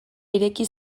ireki